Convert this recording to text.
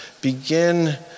begin